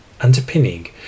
underpinning